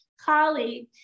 colleague